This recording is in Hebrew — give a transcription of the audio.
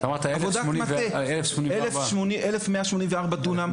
אתה אמרת 1084. 1184 דונם,